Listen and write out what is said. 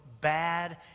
bad